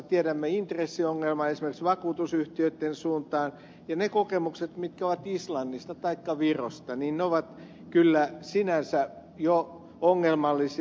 tiedämme intressiongelman esimerkiksi vakuutusyhtiöitten suuntaan ja ne kokemukset mitkä ovat islannista taikka virosta ovat kyllä sinänsä jo ongelmallisia